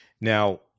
Now